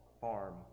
farm